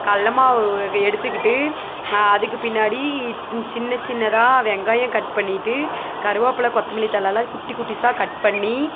கடலமாவு எடுத்துக்கிட்டு அதுக்கு பின்னாடி சின்ன சின்னதாக வெங்காயம் கட் பண்ணிட்டு கருவேப்பில கொத்தமல்லி தழைலாம் குட்டி குட்டிஸா கட் பண்ணி